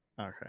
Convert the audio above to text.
okay